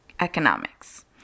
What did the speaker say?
economics